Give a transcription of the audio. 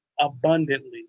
abundantly